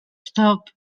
stop